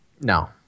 No